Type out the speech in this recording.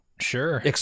sure